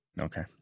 Okay